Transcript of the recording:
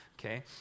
okay